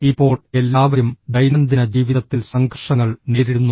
ഇപ്പോൾ എല്ലാവരും ദൈനംദിന ജീവിതത്തിൽ സംഘർഷങ്ങൾ നേരിടുന്നു